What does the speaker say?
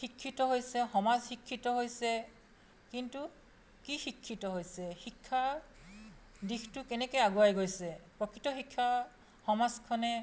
শিক্ষিত হৈছে সমাজ শিক্ষিত হৈছে কিন্তু কি শিক্ষিত হৈছে শিক্ষা দিশটো কেনেকৈ আগুৱাই গৈছে প্ৰকৃত শিক্ষা সমাজখনে